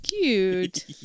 Cute